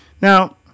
Now